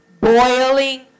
boiling